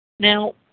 Now